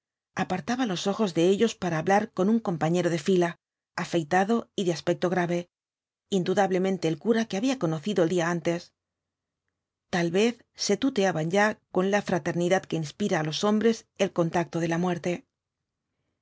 apartaba los ojos de ellos para hablar con un compañero de fila afeitado y de aspecto grave indudablemente el cura que había conocido el día antes tal vez se tuteaban ya con la fraternidad que inspira á los hombres el contacto de la muerte